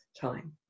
time